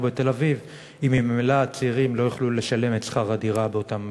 בתל-אביב אם ממילא הצעירים לא יוכלו לשלם את שכר הדירה באותם מקומות?